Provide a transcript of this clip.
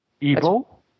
Evil